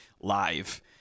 live